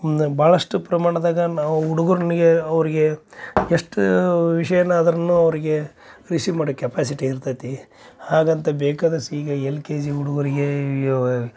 ಒಂದ ಭಾಳಷ್ಟು ಪ್ರಮಾಣದಾಗ ನಾವು ಹುಡುಗುರ್ನಿಗೇ ಅವ್ರ್ಗೆ ಎಷ್ಟು ವಿಷಯನ ಆದರೂನು ಅವರಿಗೆ ರಿಸೀವ್ ಮಾಡೊ ಕೆಪಾಸಿಟಿ ಇರ್ತತಿ ಹಾಗಂತ ಬೇಕಾದಷ್ಟು ಈಗ ಎಲ್ ಕೆ ಜಿ ಹುಡುಗುರಿಗೆ